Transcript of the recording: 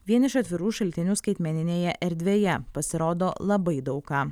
vienišą atvirų šaltinių skaitmeninėje erdvėje pasirodo labai daug ką